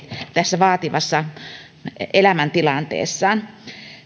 tässä vaativassa elämäntilanteessaan